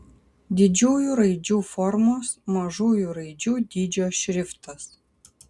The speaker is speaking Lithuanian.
didžiųjų raidžių formos mažųjų raidžių dydžio šriftas